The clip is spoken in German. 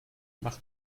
mach